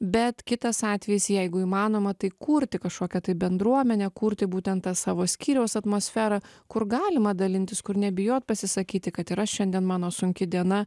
bet kitas atvejis jeigu įmanoma tai kurti kažkokią tai bendruomenę kurti būtent tą savo skyriaus atmosferą kur galima dalintis kur nebijot pasisakyti kad yra šiandien mano sunki diena